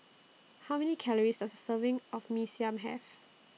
How Many Calories Does A Serving of Mee Siam Have